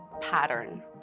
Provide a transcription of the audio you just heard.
pattern